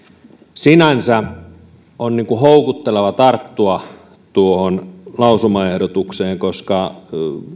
sinänsä on niin kuin houkuttelevaa tarttua tuohon lausumaehdotukseen koska